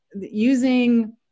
using